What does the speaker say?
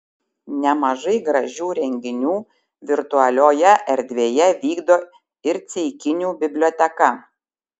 nemažai gražių renginių virtualioje erdvėje vykdo ir ceikinių biblioteka